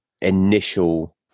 initial